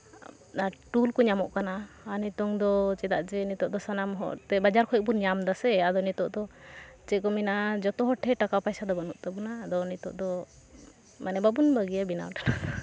ᱴᱩᱞ ᱠᱚ ᱧᱟᱢᱚᱜ ᱠᱟᱱᱟ ᱟᱨ ᱱᱤᱛᱚᱝ ᱫᱚ ᱪᱮᱫᱟᱜ ᱡᱮ ᱱᱤᱛᱚᱜ ᱫᱚ ᱥᱟᱱᱟᱢ ᱦᱚᱲ ᱵᱟᱡᱟᱨ ᱠᱷᱚᱱ ᱵᱚᱱ ᱧᱟᱢ ᱫᱟᱥᱮ ᱟᱫᱚ ᱱᱤᱛᱚᱜ ᱫᱚ ᱪᱮᱫ ᱠᱚ ᱢᱮᱱᱟᱜᱼᱟ ᱡᱚᱛᱚ ᱦᱚᱲ ᱴᱷᱮᱱ ᱴᱟᱠᱟ ᱯᱚᱭᱥᱟ ᱫᱚ ᱵᱟᱹᱱᱩᱜ ᱛᱟᱵᱚᱱᱟ ᱟᱫᱚ ᱱᱤᱛᱚᱜ ᱫᱚ ᱢᱟᱱᱮ ᱵᱟᱵᱚᱱ ᱵᱟᱹᱜᱤᱭᱟ ᱵᱮᱱᱟᱣ ᱫᱚ ᱦᱟᱸᱜ